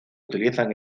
utilizan